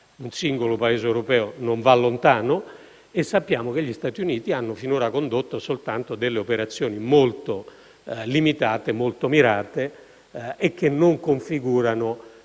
un singolo Paese europeo non va lontano e sappiamo che gli Stati Uniti hanno finora condotto soltanto delle operazioni molto limitate e mirate, che non configurano